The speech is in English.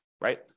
right